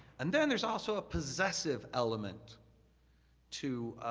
and then there's also a possessive element to